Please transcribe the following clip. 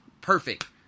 perfect